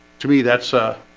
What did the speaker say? to me that's ah,